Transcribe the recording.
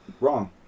Wrong